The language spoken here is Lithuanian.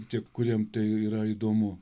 tie kuriem tai yra įdomu